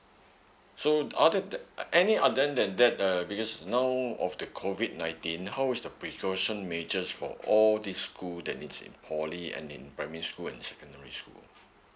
so other than any other than that uh because now of the COVID nineteen how is the precaution majors from all this school that menas in poly and in primary school and secondary school